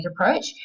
approach